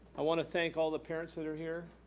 i wanna thank all the parents that are here.